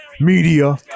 Media